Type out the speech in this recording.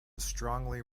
strongly